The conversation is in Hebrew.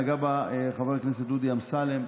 שנגע בה חבר הכנסת דודי אמסלם,